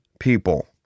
people